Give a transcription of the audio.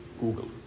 Google